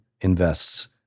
invests